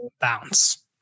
bounce